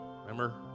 remember